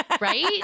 Right